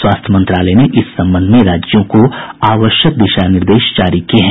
स्वास्थ्य मंत्रालय ने इस संबंध में राज्यों को आवश्यक दिशा निर्देश जारी किये हैं